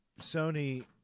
Sony